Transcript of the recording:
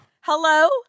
Hello